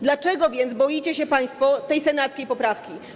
Dlaczego więc boicie się państwo tej Senackiej poprawki?